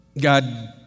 God